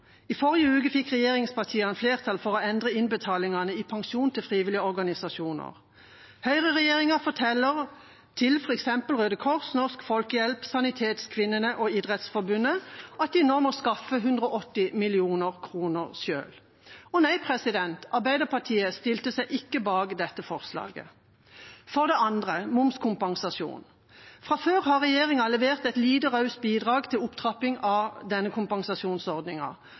I forrige uke fikk regjeringspartiene flertall for å endre innbetalingene i pensjon til frivillige organisasjoner. Høyreregjeringa forteller til f.eks. Røde Kors, Norsk Folkehjelp, Sanitetskvinnene og Norges Idrettsforbund at de nå må skaffe 180 mill. kr selv. Arbeiderpartiet stilte seg ikke bak dette forslaget. Det andre gjelder momskompensasjon: Fra før har regjeringa levert et lite raust bidrag til opptrapping av